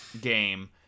game